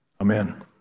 amen